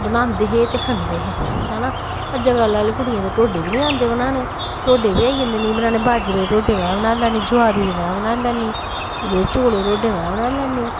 बनांदे हे ते खंदे हे है ना अज्जै कल्लै आह्ली कुड़ियें गी ढोड्डे वी निं औंदे बनाना ढोड्डे बी आई जंदे मी बनाने बाजरे दे ढोड्डे में बनाई लैन्नी जबारी दे में बनाई लैन्नी ते चौलें दे ढोड्डे में बनाई लैन्नी